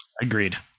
Agreed